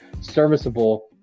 serviceable